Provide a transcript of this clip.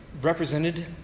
Represented